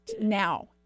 Now